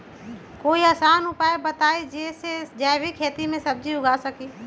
कोई आसान उपाय बताइ जे से जैविक खेती में सब्जी उगा सकीं?